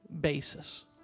basis